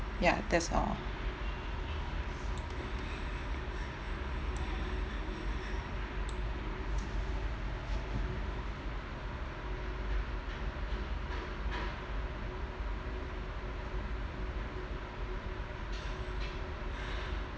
ya that's all